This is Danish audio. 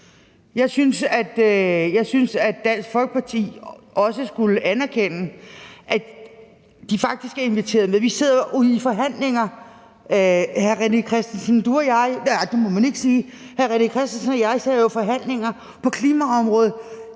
Jeg synes, at Dansk Folkeparti også skulle anerkende, at de faktisk er inviteret med. Hr. René Christensen og jeg sidder jo i forhandlinger på klimaområdet